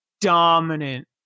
dominant